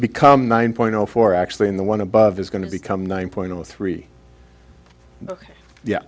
become nine point zero four actually in the one above is going to become nine point zero three yeah